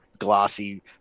glossy